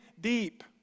deep